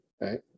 right